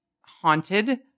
haunted